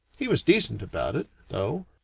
he was decent about it, though,